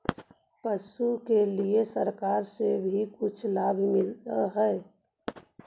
पशुपालन के लिए सरकार से भी कुछ लाभ मिलै हई?